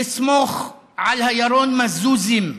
לסמוך על הירון מזוזים,